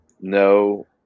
no